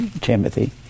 Timothy